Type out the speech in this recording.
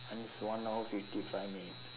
it's one hour fifty five minutes